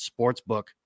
sportsbook